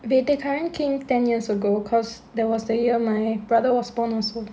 they the current came ten years ago because that was the year my brother was born also